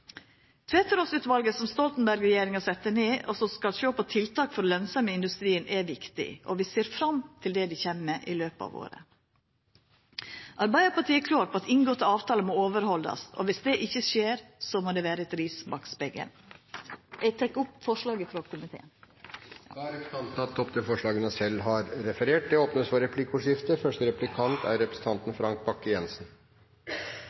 som Stoltenberg-regjeringa sette ned, og som skal sjå på tiltak for lønsemd i industrien, er viktig. Vi ser fram til det dei kjem med i løpet av året. Arbeidarpartiet er klår på at inngåtte avtalar må overhaldast. Viss det ikkje skjer, må det vera eit ris bak spegelen. Eg tek opp forslaga, som vi har saman med Senterpartiet. Representanten Ingrid Heggø har tatt opp de forslagene hun refererte til. Det blir replikkordskifte.